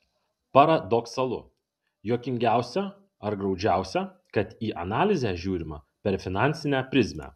paradoksalu juokingiausia ar graudžiausia kad į analizę žiūrima per finansinę prizmę